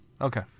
Okay